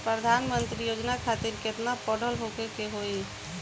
प्रधानमंत्री योजना खातिर केतना पढ़ल होखे के होई?